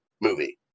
movie